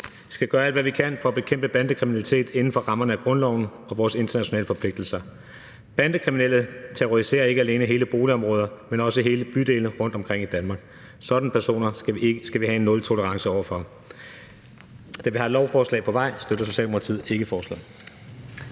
Vi skal gøre alt, hvad vi kan, for at bekæmpe bandekriminalitet inden for rammerne af grundloven og vores internationale forpligtelser. Bandekriminelle terroriserer ikke alene hele boligområder, men også hele bydele rundtomkring i Danmark. Sådanne personer skal vi have en nultolerance over for. Da vi har et lovforslag på vej, støtter Socialdemokratiet ikke forslaget.